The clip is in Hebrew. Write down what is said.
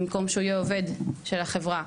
במקום שהוא יהיה עובד של החברה.